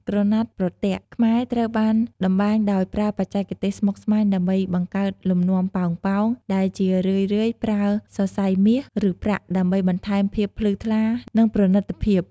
ក្រណាត់ប្រទាក់ ខ្មែរត្រូវបានតម្បាញដោយប្រើបច្ចេកទេសស្មុគស្មាញដើម្បីបង្កើតលំនាំប៉ោងៗ ដែលជារឿយៗប្រើ សរសៃមាស ឬប្រាក់ ដើម្បីបន្ថែមភាពភ្លឺថ្លា និងប្រណីតភាព។